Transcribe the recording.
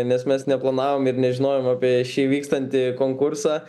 nes mes neplanavom ir nežinojom apie šį vykstantį konkursą